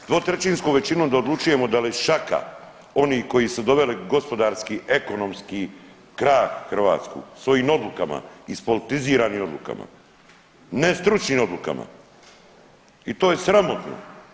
Dvotrećinskom većinom da odlučujemo da li šaka onih koji su doveli gospodarski, ekonomski krah Hrvatsku svojim odlukama ispolitiziranim odlukama, ne stručnim odlukama i to je sramotno.